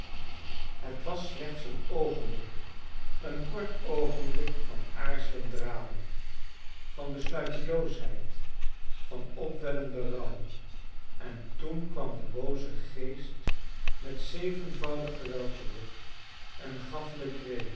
het was slechts een oogenblik een kort oogenblik van aarzelend dralen van besluiteloosheid van opwellend berouw en toen kwam de booze geest met zevenvoudig geweld terug en gaf